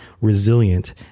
resilient